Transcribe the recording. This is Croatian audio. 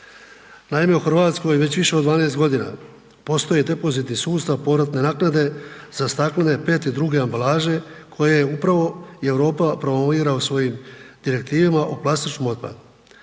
Naime u Hrvatskoj već više od 12 godine postoji depozitni sustav povratne naknade, za staklene, PET i druge ambalaže koje upravo Europa promovira u svojim direktivama o plastičnom otpadu.